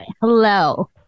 hello